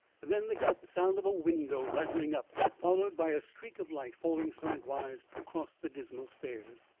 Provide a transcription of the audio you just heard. then they caught the sound of a window rattling up, followed by a streak of light falling slant-wise across the dismal stairs.